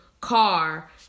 car